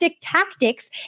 tactics